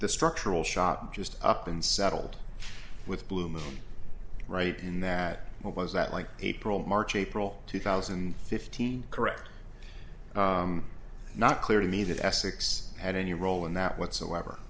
the structural shop just up and settled with bloom right in that what was that like april march april two thousand and fifteen correct not clear to me that essex had any role in that whatsoever